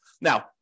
Now